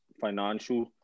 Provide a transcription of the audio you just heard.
financial